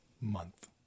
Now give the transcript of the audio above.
month